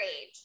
age